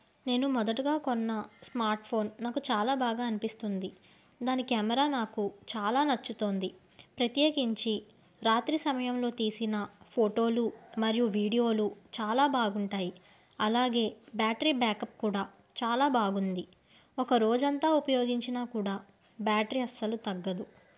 నేను మొదటగా కొన్న స్మార్ట్ఫోన్ నాకు చాలా బాగా అనిపిస్తుంది దాని కెమెరా నాకు చాలా నచ్చుతోంది ప్రత్యేకించి రాత్రి సమయంలో తీసిన ఫోటోలు మరియు వీడియోలు చాలా బాగుంటాయి అలాగే బ్యాటరీ బ్యాకప్ కూడా చాలా బాగుంది ఒక రోజంతా ఉపయోగించినా కూడా బ్యాటరీ అస్సలు తగ్గదు